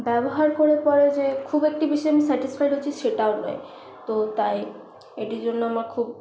ব্যবহার করার পরে যে খুব একটা বেশি আমি স্যাটিসফায়েড হচ্ছি সেটাও নয় তো তাই এটির জন্য আমার খুব